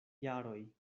jaroj